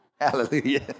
Hallelujah